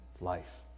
life